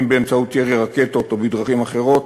אם באמצעות ירי רקטות או בדרכים אחרות,